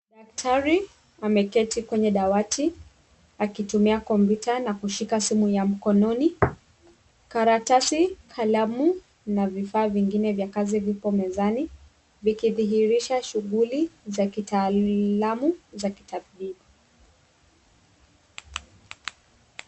Daktari ameketi kwenye dawati akitumia kompyuta na kushika simu ya mkononi. Karatasi, kalamu na vifaa vingine vya kazi vipo mezani vikidhihirisha shughuli za kitaalamu za kitabibu.